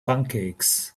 pancakes